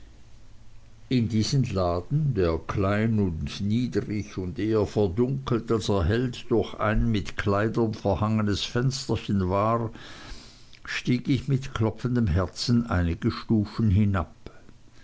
in diesen laden der niedrig und klein und eher verdunkelt als erhellt durch ein mit kleidern verhangenes fensterchen war stieg ich mit klopfendem herzen einige stufen hinab